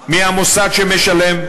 שמנותקים מהמוסד שמשלם,